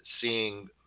seeing